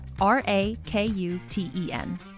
R-A-K-U-T-E-N